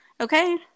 Okay